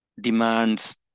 demands